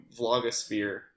vlogosphere